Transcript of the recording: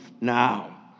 now